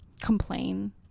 complain